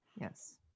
Yes